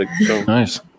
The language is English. Nice